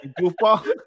goofball